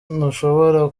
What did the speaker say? ntushobora